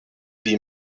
die